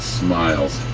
smiles